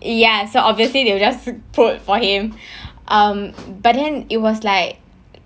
ya so obviously they will just put for him um but then it was like